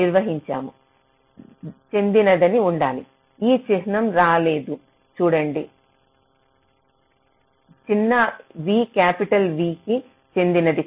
నిర్వచించాము చెందినది ఉండాలి ఈ చిహ్నం రాలేదు చూడండి చిన్న v క్యాపిటల్ V కి చెందినది